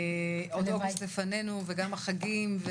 עוד אוגוסט לפנינו וגם החגים.